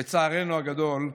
לצערנו הגדול,